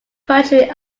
poetry